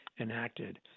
enacted